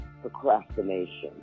procrastination